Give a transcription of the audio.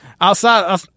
outside